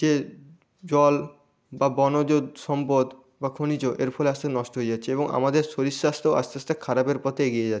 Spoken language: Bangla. যে জল বা বনজ সম্পদ বা খনিজ এর ফলে আস্তে নষ্ট হয়ে যাচ্ছে এবং আমাদের শরীর স্বাস্থ্যও আস্তে আস্তে খারাপের পথে এগিয়ে যাচ্ছে